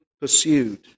pursued